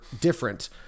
different